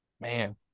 man